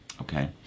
Okay